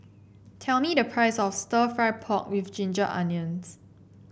tell me the price of stir fry pork with Ginger Onions